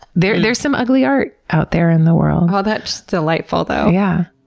there. there's some ugly art out there in the world. oh, that's just delightful though. yeah!